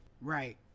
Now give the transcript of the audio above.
Right